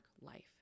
life